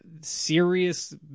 serious